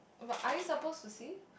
but are you supposed to see